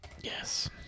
yes